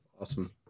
awesome